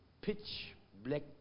pitch-black